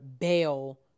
bail